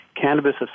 cannabis